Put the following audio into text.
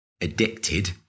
addicted